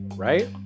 Right